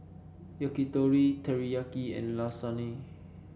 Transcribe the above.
Yakitori Teriyaki and Lasagne